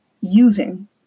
using